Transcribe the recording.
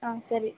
ಹಾಂ ಸರಿ